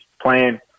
playing